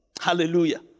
Hallelujah